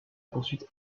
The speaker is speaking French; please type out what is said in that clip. poursuite